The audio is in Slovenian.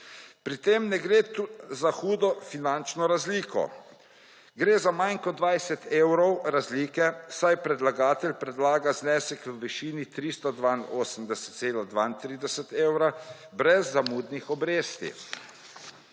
Pri tem ne gre za hudo finančno razliko, gre za manj kot 20 evrov razlike, saj predlagatelj predlaga znesek v višini 382,32 evra brez zamudnih obresti.